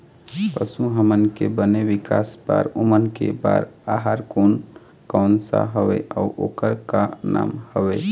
पशु हमन के बने विकास बार ओमन के बार आहार कोन कौन सा हवे अऊ ओकर का नाम हवे?